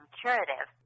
curative